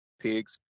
pigs